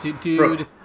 Dude